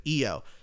Io